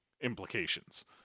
implications